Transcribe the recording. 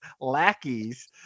lackeys